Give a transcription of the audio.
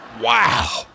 Wow